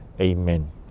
Amen